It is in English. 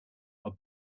are